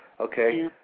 okay